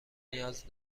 نیاز